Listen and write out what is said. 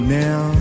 now